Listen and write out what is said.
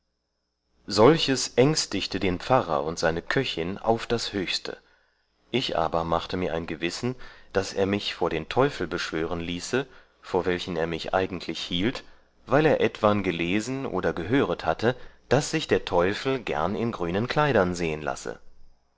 solches ängstigte den pfarrer und seine köchin auf das höchste ich aber machte mir ein gewissen daß ich mich vor den teufel beschwören ließe vor welchen er mich eigentlich hielt weil er etwan gelesen oder gehöret hatte daß sich der teufel gern in grünen kleidern sehen lasse